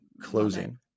closing